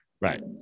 Right